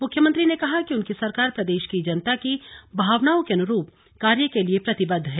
मुख्यमंत्री ने कहा कि उनकी सरकार प्रदेश की जनता की भावनाओं के अनुरूप कार्य के लिए प्रतिबद्ध है